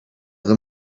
them